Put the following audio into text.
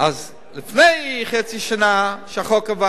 אז לפני חצי שנה, כשהחוק עבר,